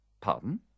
Pardon